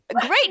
great